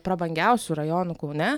prabangiausių rajonų kaune